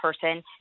person